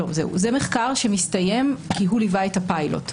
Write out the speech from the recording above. זה מחקר שמסתיים, כי הוא ליווה את הפיילוט.